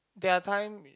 there are time